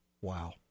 Wow